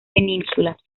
penínsulas